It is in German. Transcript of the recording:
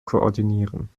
koordinieren